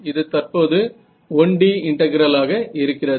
இது தற்போது 1D இன்டெகிரலாக இருக்கிறது